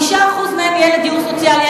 ו-5% מהם יהיו לדיור סוציאלי.